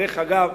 דרך אגב,